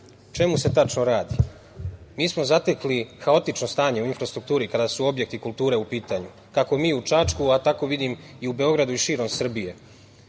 čemu se tačno radi? Mi smo zatekli haotično stanje u infrastrukturi, kada su objekti kulture u pitanju, kako mi u Čačku, a tako vidim i u Beogradu i širom Srbije.